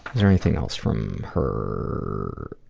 there anything else from her?